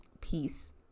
peace